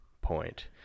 point